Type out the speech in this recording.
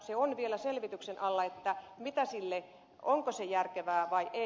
se on vielä selvityksen alla onko se järkevää vai ei